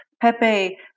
Pepe